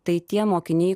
tai tie mokiniai